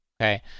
Okay